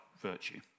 virtue